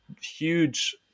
huge